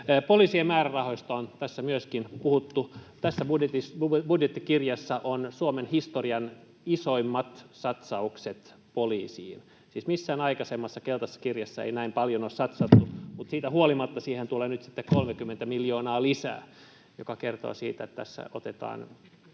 Poliisien määrärahoista on tässä myöskin puhuttu. Tässä budjettikirjassa on Suomen historian isoimmat satsaukset poliisiin. Siis missään aikaisemmassa keltaisessa kirjassa ei näin paljon ole satsattu, mutta siitä huolimatta siihen tulee nyt sitten 30 miljoonaa lisää, mikä kertoo siitä, että tässä otetaan